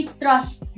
trust